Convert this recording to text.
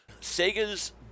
Sega's